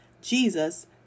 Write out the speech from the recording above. jesus